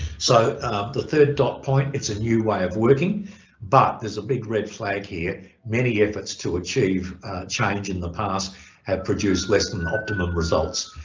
so the third dot point, it's a new way of working but there's a big red flag here many efforts to achieve change in the past have produced less than optimum results.